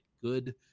good